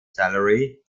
salary